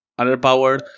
underpowered